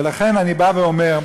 ולכן אני בא ואומר: